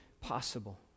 possible